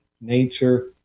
nature